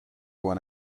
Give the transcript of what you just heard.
when